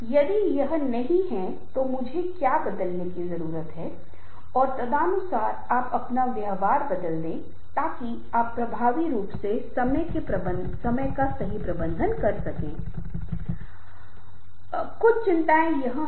यदि आप अपने आप को कम आंकते हैं तो आप एक माइक्रोफोन पर चिल्ला रहे हैं और हर किसी को कठिन समय आ रहा है यदि आप अपने आप को अधिक आंक रहे हैं जो आप धीरे बोल रहे हैं और कोई भी आपको सुन नहीं सकता है